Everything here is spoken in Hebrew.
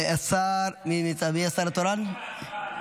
חברת הכנסת טל מירון,